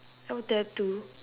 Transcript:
no tattoo